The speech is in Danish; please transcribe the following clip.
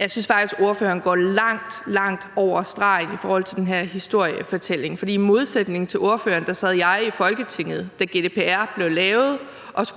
Jeg synes faktisk, at ordføreren går langt, langt over stregen i forhold til den her historiefortælling. For i modsætning til ordføreren sad jeg i Folketinget, da GDPR blev lavet og skulle udmøntes